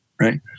Right